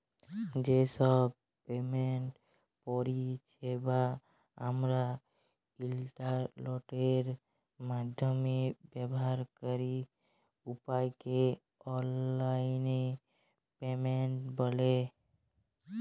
যে ছব পেমেন্ট পরিছেবা আমরা ইলটারলেটের মাইধ্যমে ব্যাভার ক্যরি উয়াকে অললাইল পেমেল্ট ব্যলে